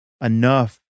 enough